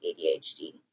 ADHD